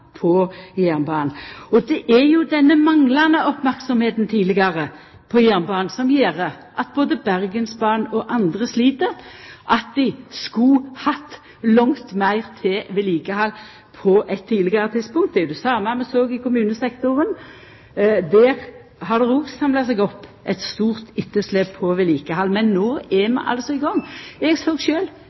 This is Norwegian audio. på jernbanen. Det er jo denne manglande merksemda tidlegare på jernbanen som gjer at både Bergensbanen og andre slit – dei skulle ha hatt langt meir til vedlikehald på eit tidlegare tidspunkt. Det er det same vi såg i kommunesektoren. Der har det òg samla seg opp eit stort etterslep på vedlikehald, men no er vi altså i gang. Eg